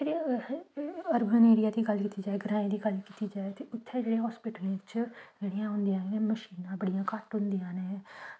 ते अरबन दी गल्ल कीती जा ते ग्रांऐं दी गल्ल कीती जाए ते इत्थें दे हॉस्पिटल बिच जेह्ड़ियां फेस्लिटियां घट्ट होंदियां न